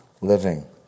living